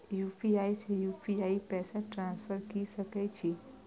UPI से UPI पैसा transfer की सके छी?